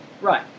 Right